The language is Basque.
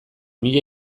mila